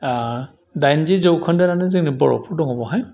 दाइनजि जौखोन्दोआनो जोङो बर'फोर दङ बावहाय